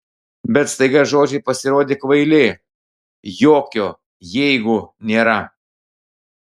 bet staiga žodžiai pasirodė kvaili jokio jeigu nėra